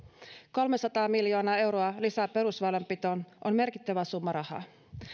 kolmesataa miljoonaa euroa lisää perusväylänpitoon on merkittävä summa rahaa